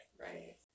Right